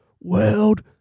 world